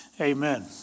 amen